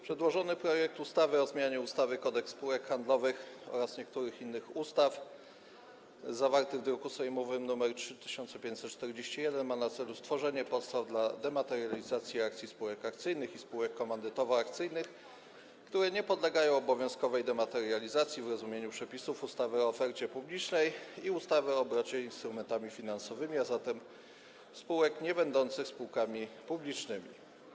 Przedłożony projekt ustawy o zmianie ustawy Kodeks spółek handlowych oraz niektórych innych ustaw, zawarty w druku sejmowym nr 3541, ma na celu stworzenie podstaw dematerializacji akcji spółek akcyjnych i spółek komandytowo-akcyjnych, które nie podlegają obowiązkowej dematerializacji w rozumieniu przepisów ustawy o ofercie publicznej i ustawy o obrocie instrumentami finansowymi, a zatem spółek niebędących spółkami publicznymi.